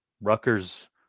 Rutgers